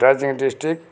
Darjeeling district